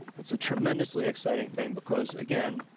that's a tremendously exciting thing, because again,